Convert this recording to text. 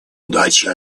удачи